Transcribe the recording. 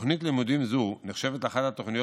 תוכנית לימודים זו נחשבת לאחת התוכניות